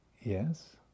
Yes